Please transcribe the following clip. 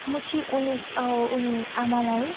म चाहिँ उनी अब उन आमालाई